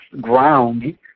ground